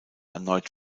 erneut